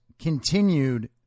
continued